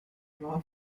war